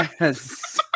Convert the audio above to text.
Yes